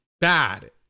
bad